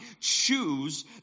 choose